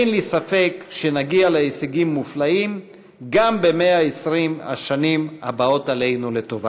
אין לי ספק שנגיע להישגים מופלאים גם ב-120 השנים הבאות עלינו לטובה.